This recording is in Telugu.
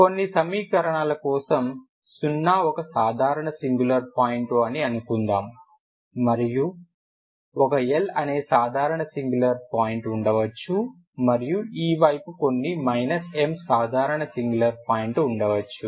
కొన్ని సమీకరణాల కోసం సున్నా ఒక సాధారణ సింగులర్ పాయింట్ అని అనుకుందాం మరియు ఒక L అనే సాధారణ సింగులర్ పాయింట్ ఉండవచ్చు మరియు ఈ వైపు కొన్ని M సాధారణ సింగులర్ పాయింట్ ఉండవచ్చు